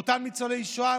מאותם ניצולי שואה,